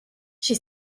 she